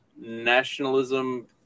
nationalism